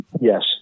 yes